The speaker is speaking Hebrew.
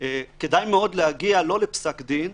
כדאי מאוד להגיע לא לפסק דין,